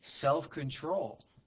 self-control